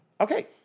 Okay